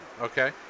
Okay